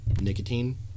nicotine